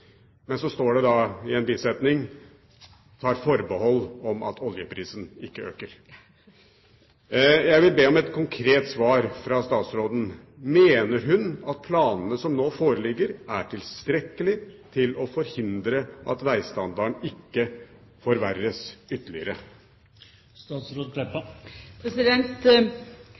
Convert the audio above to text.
Men så står det i en bisetning: tar forbehold om at oljeprisen ikke øker. Jeg vil be om et konkret svar fra statsråden: Mener hun at planene som nå foreligger, er tilstrekkelige til å forhindre at vegstandarden ikke forverres ytterligere?